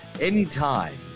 anytime